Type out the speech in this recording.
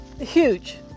huge